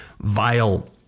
vile